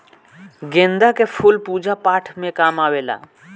गेंदा के फूल पूजा पाठ में काम आवेला